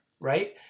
right